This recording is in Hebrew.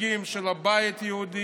אלה נציגים של הבית היהודי,